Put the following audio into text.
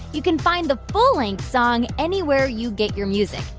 you can find the full length song anywhere you get your music.